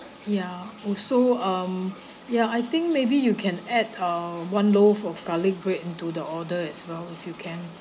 ya also um yeah I think maybe you can add uh one loaf of garlic bread into the order as well if you can